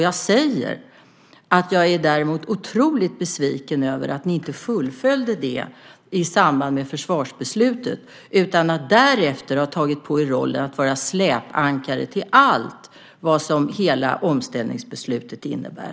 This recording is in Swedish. Jag är däremot otroligt besviken över att ni inte fullföljde det i samband med försvarsbeslutet, utan i stället har ni därefter tagit på er rollen av att vara släpankare till allt vad hela omställningsbeslutet innebär.